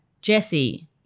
Jesse